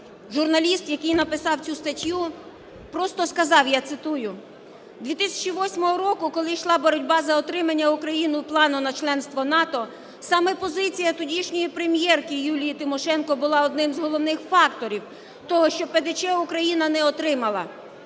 журналіст, який написав цю статтю, просто сказав, я цитую: "2008 року, коли йшла боротьба за отримання Україною Плану на членство в НАТО, саме позиція тодішньої прем'єрки Юлії Тимошенко була одним з головних факторів того, що ПДЧ Україна не отримала.